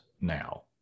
now